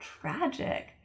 tragic